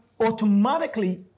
automatically